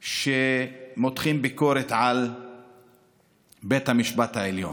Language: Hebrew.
מותחים ביקורת על בית המשפט העליון.